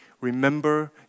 remember